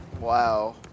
Wow